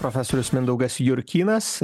profesorius mindaugas jurkynas